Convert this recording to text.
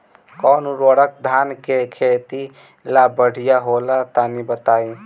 कौन उर्वरक धान के खेती ला बढ़िया होला तनी बताई?